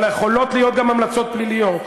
אבל יכולות להיות גם המלצות פליליות.